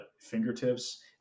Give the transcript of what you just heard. fingertips